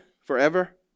forever